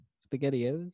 Spaghetti-Os